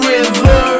River